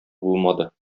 булмады